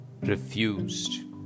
refused